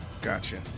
Gotcha